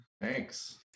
Thanks